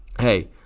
hey